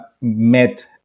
met